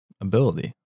ability